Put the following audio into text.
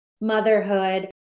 motherhood